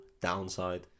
downside